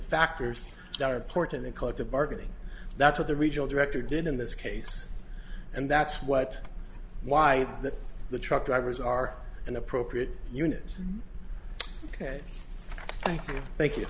factors that are porton in collective bargaining that's what the regional director did in this case and that's what why that the truck drivers are an appropriate unit ok thank you